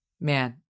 man